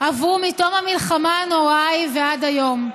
עברו מתום המלחמה הנוראה ההיא ועד היום.